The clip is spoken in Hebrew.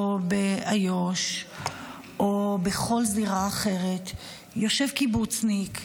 איו"ש או בכל זירה אחרת יושב קיבוצניק,